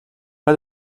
pas